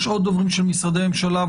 יש עוד דוברים של משרדי הממשלה,